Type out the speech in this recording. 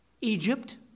Egypt